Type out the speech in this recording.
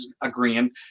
agreeing